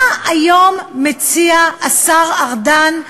מה מציע היום השר ארדן,